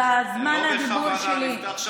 כל זה על זמן הדיבור שלי.